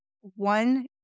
one